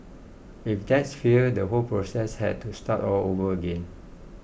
if that failed the whole process had to start all over again